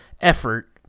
effort